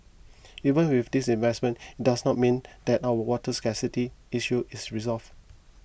even with these investments it does not mean that our water scarcity issue is resolved